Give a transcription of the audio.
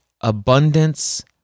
abundance